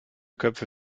köpfe